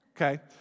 okay